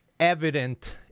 Evident